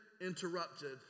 interrupted